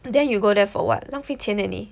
then you go there for [what] 浪费钱 leh 你